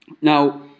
Now